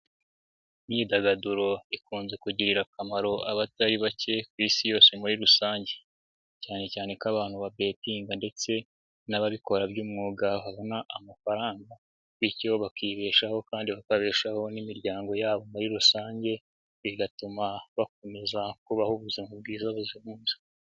Imyidagaduro ikunze kugirira akamaro abatari bake ku isi yose muri rusange, cyane cyane ko abantu babetinga ndetse n'ababikora by'umwuga babona amafaranga, bityo bakibeshaho kandi bakabeshaho n'imiryango yabo muri rusange, bigatuma bakomeza kubaho ubuzima bwiza buzira umuze.